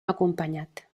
acompanyat